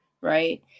Right